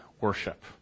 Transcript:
worship